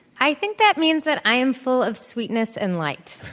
i think that means that i am full of sweetness and light.